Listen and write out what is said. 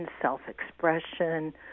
self-expression